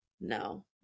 No